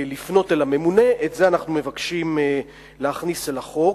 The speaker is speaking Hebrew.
לפנות אל הממונה, את זה אנחנו מבקשים להכניס לחוק.